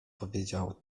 powiedział